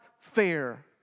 fair